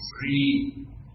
free